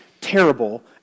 terrible